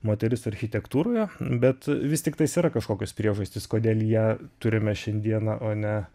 moteris architektūroje bet vis tiktais yra kažkokios priežastys kodėl ją turime šiandieną o ne